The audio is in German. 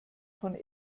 von